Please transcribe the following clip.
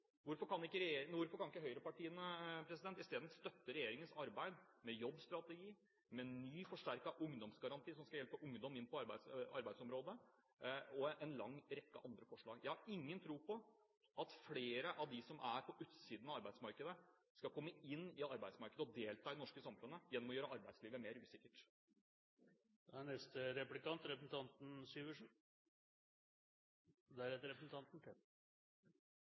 Hvorfor kan ikke høyrepartiene isteden støtte regjeringens arbeid med jobbstrategi, med ny, forsterket ungdomsgaranti som skal hjelpe ungdom inn på arbeidsmarkedet, og en lang rekke andre forslag? Jeg har ingen tro på at flere av dem som er på utsiden av arbeidsmarkedet, skal komme inn på arbeidsmarkedet og delta i det norske samfunnet gjennom at man gjør arbeidslivet mer usikkert. Hvis vi da har fått avklart at det ikke er